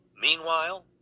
Meanwhile